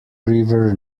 river